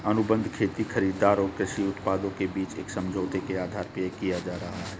अनुबंध खेती खरीदार और कृषि उत्पादकों के बीच एक समझौते के आधार पर किया जा रहा है